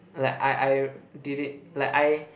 like I I did it like I